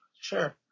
sure